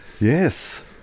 Yes